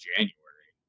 January